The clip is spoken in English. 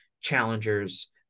challengers